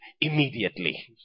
immediately